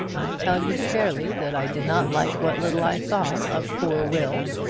tell you fairly that i did not like what little i saw of poor will.